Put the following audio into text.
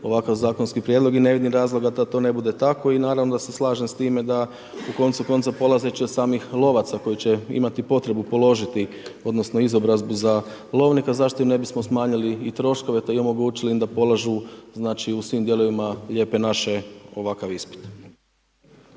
ovakav zakonski prijedlog i ne vidim razloga da to ne bude tako i naravno da se slažem s time da u koncu konca polazeći od samih lovaca koji će imati potrebu položiti odnosno izobrazbu za lovnika zašto im ne bismo smanjili i troškove i omogućili im da polažu znači u svim dijelovima lijepe naše ovakav ispit.